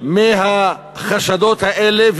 מהחשדות האלה,